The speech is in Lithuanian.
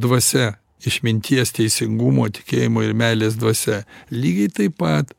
dvasia išminties teisingumo tikėjimo ir meilės dvasia lygiai taip pat